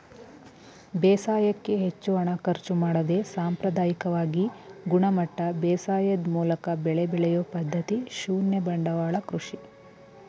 ಬೇಸಾಯಕ್ಕೆ ಹೆಚ್ಚು ಹಣ ಖರ್ಚು ಮಾಡದೆ ಸಾಂಪ್ರದಾಯಿಕವಾಗಿ ಗುಣಮಟ್ಟ ಬೇಸಾಯದ್ ಮೂಲಕ ಬೆಳೆ ಬೆಳೆಯೊ ಪದ್ಧತಿ ಶೂನ್ಯ ಬಂಡವಾಳ ಕೃಷಿ